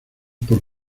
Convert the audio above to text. por